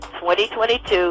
2022